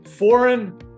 foreign